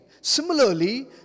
Similarly